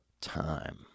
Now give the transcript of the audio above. time